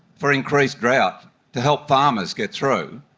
for increased drought to help farmers get through,